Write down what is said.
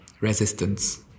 resistance